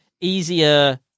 Easier